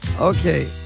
okay